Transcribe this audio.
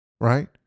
right